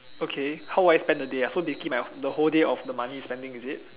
okay how will I spend the day ah so basically my the whole day of the money is spending is it